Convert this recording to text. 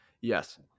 Yes